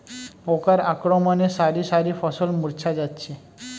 পোকার আক্রমণে শারি শারি ফসল মূর্ছা যাচ্ছে